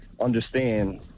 understand